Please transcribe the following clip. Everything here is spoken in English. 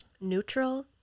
neutral